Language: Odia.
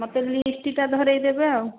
ମୋତେ ଲିଷ୍ଟଟା ଧରେଇ ଦେବେ ଆଉ